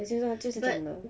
每次做就是这样的